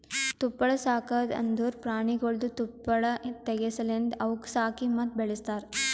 ತುಪ್ಪಳ ಸಾಕದ್ ಅಂದುರ್ ಪ್ರಾಣಿಗೊಳ್ದು ತುಪ್ಪಳ ತೆಗೆ ಸಲೆಂದ್ ಅವುಕ್ ಸಾಕಿ ಮತ್ತ ಬೆಳಸ್ತಾರ್